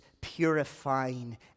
purifying